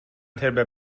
ترم